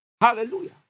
Hallelujah